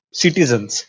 citizens